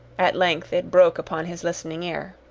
at length it broke upon his listening ear.